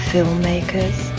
Filmmakers